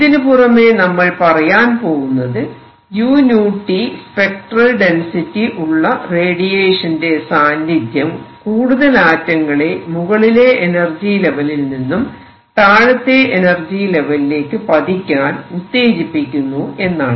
ഇതിനുപുറമെ നമ്മൾ പറയാൻ പോകുന്നത് uT സ്പെക്ട്രൽ ഡെൻസിറ്റി ഉള്ള റേഡിയേഷന്റെ സാന്നിദ്ധ്യം കൂടുതൽ ആറ്റങ്ങളെ മുകളിലെ എനർജി ലെവലിൽ നിന്നും താഴത്തെ എനർജി ലെവലിലേക്ക് പതിക്കാൻ ഉത്തേജിപ്പിക്കുന്നു എന്നാണ്